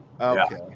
okay